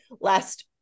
last